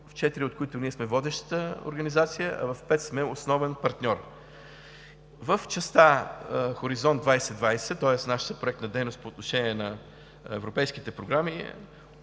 в четири от които сме водещата организация, а в пет сме основен партньор. В частта „Хоризонт 2020“, тоест нашата проектна дейност, по отношение на европейските програми